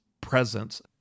presence